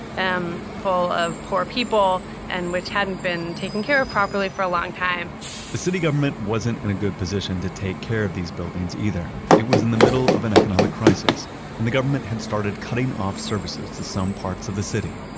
and um full of poor people and which hadn't been taken care of properly for a long time the city government wasn't in a good position to take care of these buildings either. it was in the middle of an economic crisis and the government had started cutting off services to some parts of the city.